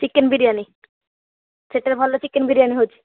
chicken biryani ସେଠାରେ ଭଲ chicken biryani ହେଉଛି